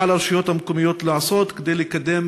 מה על הרשויות המקומיות לעשות כדי לקדם